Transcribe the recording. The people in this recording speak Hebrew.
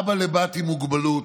אבא לבת עם מוגבלות,